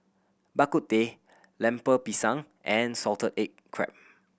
Bak Kut Teh Lemper Pisang and salted egg crab